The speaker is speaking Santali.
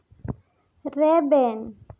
ᱨᱮᱵᱮᱱ